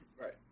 right